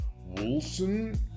Wilson